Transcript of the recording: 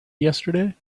yesterday